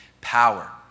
power